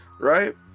right